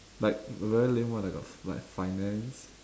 like very lame [one] like got like finance